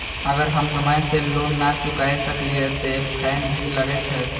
अगर हम समय से लोन ना चुकाए सकलिए ते फैन भी लगे छै?